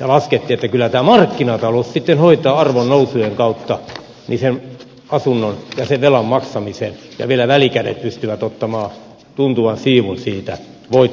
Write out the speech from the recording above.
ja laskettiin että kyllä tämä markkinatalous sitten hoitaa arvonnousujen kautta sen asunnon ja sen velan maksamisen ja vielä välikädet pystyvät ottamaan tuntuvan siivun siitä voittona välistä